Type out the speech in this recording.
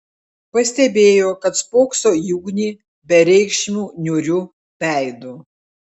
pastebėjo kad spokso į ugnį bereikšmiu niūriu veidu